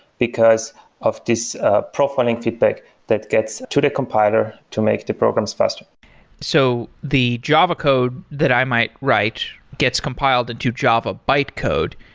because of this profiling feedback that gets to the compiler to make the programs faster so the java code that i might write gets compiled into java bytecode.